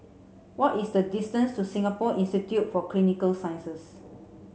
what is the distance to Singapore Institute for Clinical Sciences